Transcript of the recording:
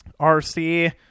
RC